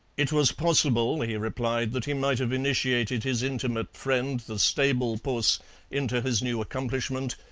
it was possible, he replied, that he might have initiated his intimate friend the stable puss into his new accomplishment,